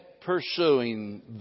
pursuing